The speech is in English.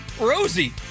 Rosie